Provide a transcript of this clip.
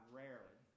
rarely